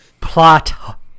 Plot